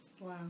Wow